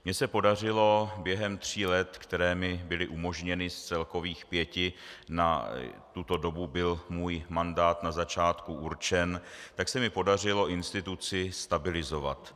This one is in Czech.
Mně se podařilo během tří let, která mi byly umožněna z celkových pěti, na tuto dobu byl můj mandát na začátku určen, tak se mi podařilo instituci stabilizovat.